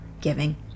giving